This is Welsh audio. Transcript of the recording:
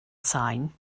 sain